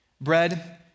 bread